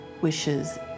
wishes